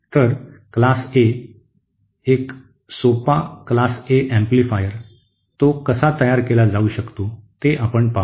तर वर्ग ए एक सोपा वर्ग ए एम्पलीफायर तो कसा तयार केला जाऊ शकतो ते आपण पाहू